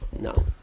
No